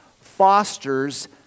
fosters